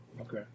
Okay